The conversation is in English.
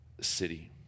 city